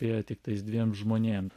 yra tiktais dviem žmonėm